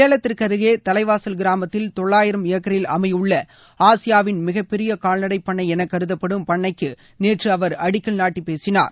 சேலத்திற்கு அருகே தலைவாசல் கிராமத்தில் தொள்ளாயிரம் ஏக்கரில் அமையவுள்ள ஆசியாவின் மிகப்பெரிய கால்நடை பண்ணை என கருதப்படும் பண்ணைக்கு நேற்று அவர் அடிக்கல் நாட்டி பேசினார்